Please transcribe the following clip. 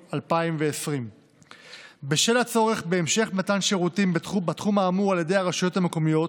2020. בשל הצורך בהמשך מתן שירותים בתחום האמור על ידי הרשויות המקומיות,